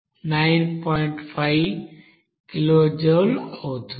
5 kilojoule అవుతుంది